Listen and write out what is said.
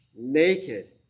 Naked